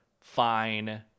Fine